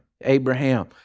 Abraham